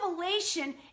revelation